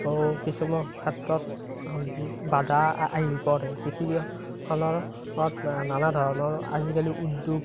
আৰু কিছুমান ক্ষেত্ৰত বাধা আহি পৰে পৃথিৱীখনত নানা ধৰণৰ আজিকালি উদ্যোগ